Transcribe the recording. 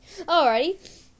Alrighty